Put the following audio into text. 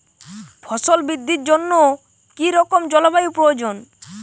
ফসল বৃদ্ধির জন্য কী রকম জলবায়ু প্রয়োজন?